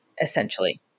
essentially